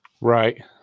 Right